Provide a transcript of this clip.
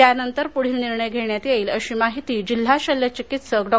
त्या नंतर पुढील निर्णय घेण्यात येईल अशी माहिती जिल्हा शल्यचिकित्सक डॉ